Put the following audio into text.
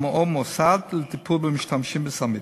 או מוסד לטיפול במשתמשים בסמים.